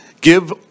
give